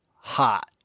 hot